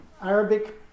Arabic